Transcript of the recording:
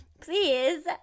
please